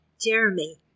Jeremy